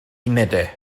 unedau